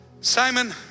Simon